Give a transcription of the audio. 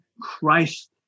Christ